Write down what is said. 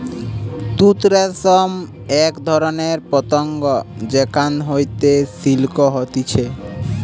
তুত রেশম এক ধরণের পতঙ্গ যেখান হইতে সিল্ক হতিছে